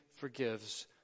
forgives